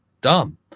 dumb